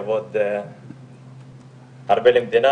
כבוד הרבה למדינה,